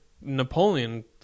napoleon